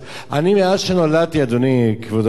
אני, מאז נולדתי, אדוני כבוד השר,